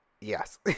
yes